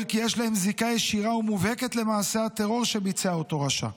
כי יש להם זיקה ישירה ומובהקת למעשה הטרור שביצע אותו רשע.